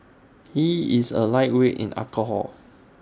he is A lightweight in alcohol